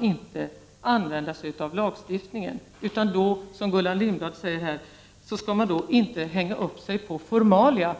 inte skall använda sig av lagstiftningen utan då skall man, som Gullan Lindblad här säger, inte hänga upp sig på formalia.